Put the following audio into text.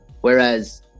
Whereas